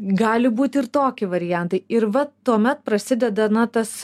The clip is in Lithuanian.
gali būt ir tokie variantai ir va tuomet prasideda na tas